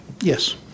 Yes